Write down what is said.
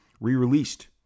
re-released